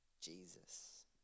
Jesus